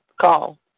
call